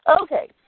Okay